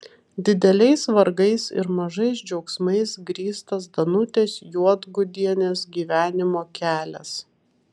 dideliais vargais ir mažais džiaugsmais grįstas danutės juodgudienės gyvenimo kelias